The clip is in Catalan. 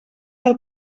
del